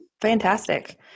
Fantastic